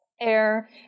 air